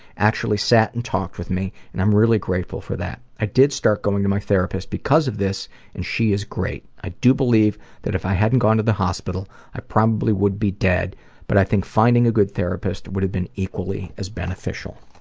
actually sat and talked with me and i'm really grateful for that. i did start going to my therapist because of this and she is great. i do believe that if i hadn't gone to the hospital, i probably would be dead but i think finding a good therapist would have been equally as beneficial.